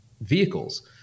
vehicles